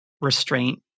restraint